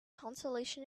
consolation